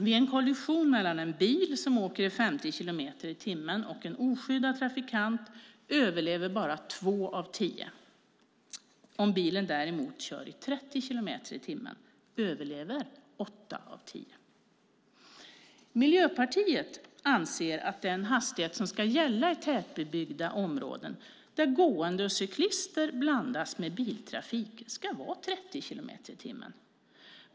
Vid en kollision mellan en bil som körs i 50 kilometer i timmen och en oskyddad trafikant överlever bara 2 av 10. Om bilen däremot körs i 30 kilometer i timmen överlever 8 av 10. Miljöpartiet anser att den hastighet som ska gälla i tätbebyggda områden där gående och cyklister blandas med biltrafik ska vara 30 kilometer i timmen.